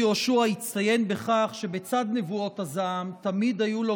יהושע הצטיין בכך שבצד נבואות הזעם תמיד היו לו